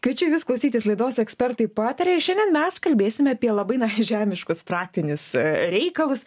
kviečiu jus klausytis laidos ekspertai pataria ir šiandien mes kalbėsime apie labai žemiškus praktinius reikalus